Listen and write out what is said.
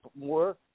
more